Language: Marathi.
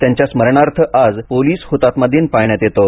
त्यांच्या स्मरणार्थ आज पोलीस हुतात्मा दिनानिमित्त पाळण्यात येतो